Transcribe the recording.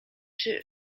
czy